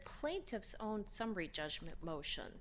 plaintiffs on summary judgment motion